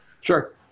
Sure